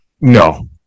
No